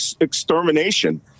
extermination